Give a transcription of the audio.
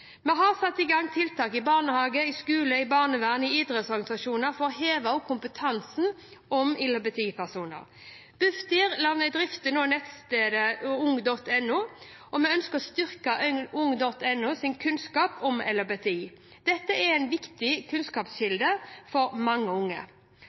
Vi har satt i gang tiltak i barnehage, skole, barnevern og idrettsorganisasjoner for å heve kompetansen på LHBTI-personer. Bufdir drifter nettsiden ung.no, og vi ønsker å styrke ung.no sin kunnskap om LHBTI. Dette er en viktig